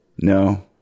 no